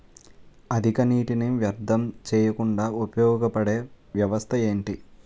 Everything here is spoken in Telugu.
అధిక నీటినీ వ్యర్థం చేయకుండా ఉపయోగ పడే వ్యవస్థ ఏంటి